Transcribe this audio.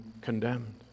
condemned